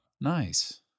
Nice